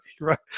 right